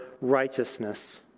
righteousness